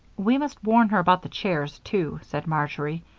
we must warn her about the chairs, too, said marjory.